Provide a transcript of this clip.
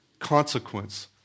consequence